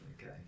Okay